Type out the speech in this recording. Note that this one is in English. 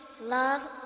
love